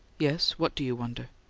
yes? what do you wonder?